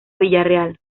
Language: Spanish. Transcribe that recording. villarreal